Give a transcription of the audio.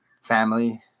family